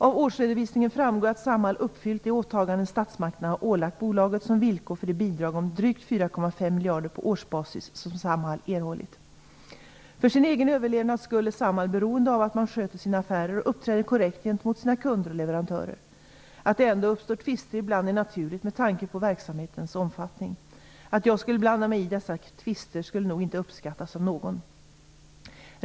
Av årsredovisningen framgår att Samhall uppfyllt de åtaganden statsmakterna har ålagt bolaget som villkor för det bidrag om drygt 4,5 miljarder på årsbasis som Samhall erhållit. För sin egen överlevnads skull är Samhall beroende av att man sköter sina affärer och uppträder korrekt gentemot sina kunder och leverantörer. Att det ändå uppstår tvister ibland är naturligt med tanke på verksamhetens omfattning. Om jag skulle blanda mig i dessa tvister skulle det nog inte uppskattas av någon.